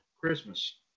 christmas